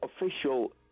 official